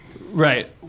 right